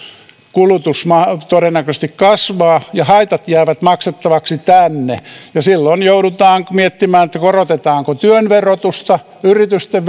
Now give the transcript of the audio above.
kulutus todennäköisesti kasvaa ja haitat jäävät maksettavaksi tänne silloin joudutaan miettimään korotetaanko työn verotusta yritysten